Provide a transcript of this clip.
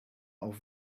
auf